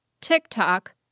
TikTok